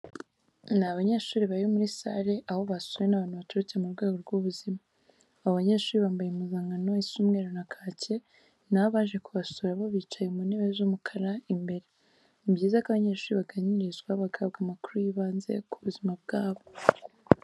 Ni abanyeshuri bari muri sale aho basuwe n'abantu baturutse mu rwego rw'ubuzima. Abo banyeshuri bambaye impuzankano isa umweru na kake naho abaje ku basura bo bicaye mu ntebe z'umukara imbere. Ni byiza ko abanyeshuri baganirizwa bagahabwa amakuru y'ibanze ku buzima bwabo.